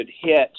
hit